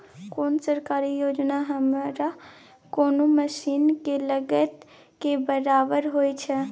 कोन सरकारी योजना हमरा कोनो मसीन के लागत के बराबर होय छै?